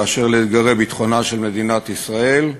באשר לאתגרי ביטחונה של מדינת ישראל,